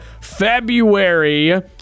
February